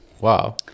Wow